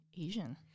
asian